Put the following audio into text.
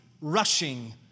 rushing